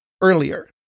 earlier